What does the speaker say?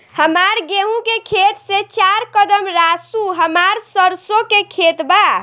हमार गेहू के खेत से चार कदम रासु हमार सरसों के खेत बा